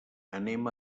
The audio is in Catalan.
anem